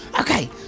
Okay